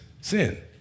sin